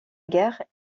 guerre